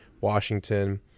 Washington